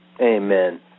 Amen